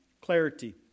Clarity